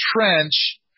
trench